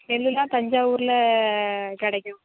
நெல்லாம் தஞ்சாவூரில் கிடைக்கும்